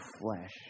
flesh